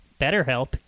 BetterHelp